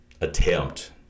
attempt